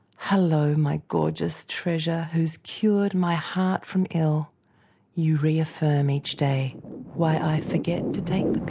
hello my gorgeous treasure who has cured my heart from ill you reaffirm each day why i forget to take the